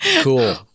cool